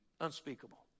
Unspeakable